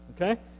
Okay